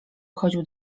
chodził